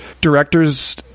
directors